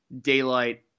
Daylight